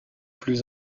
plus